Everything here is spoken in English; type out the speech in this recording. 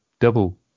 double